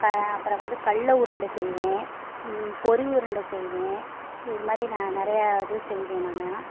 க அப்புறம் வந்து கடல உருண்டை செய்வேன் பொறி உருண்டை செய்வேன் இதுமாதிரி நான் நிறையா இது செய்வேன் நானாக